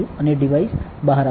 અને ડિવાઇસ બહાર આવશે